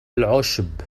العشب